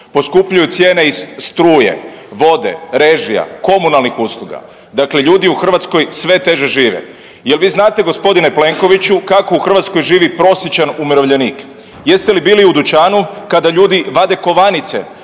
Poskupljuju cijene i struje, vode, režija, komunalnih usluga, dakle ljudi u Hrvatskoj sve teže žive. Jel vi znate g. Plenkoviću kako u Hrvatskoj živi prosječan umirovljenik? Jeste li bili u dućanu kada ljudi vade kovanice